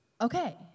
okay